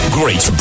great